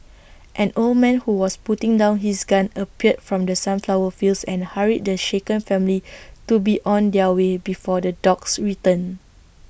an old man who was putting down his gun appeared from the sunflower fields and hurried the shaken family to be on their way before the dogs return